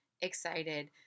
excited